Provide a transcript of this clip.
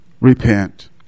repent